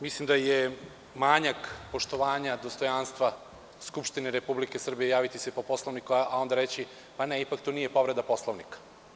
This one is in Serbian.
Mislim da je manjak poštovanja dostojanstva Skupštine Republike Srbije javiti se po Poslovniku, a onda reći – pa, ne, ipak to nije povreda Poslovnika.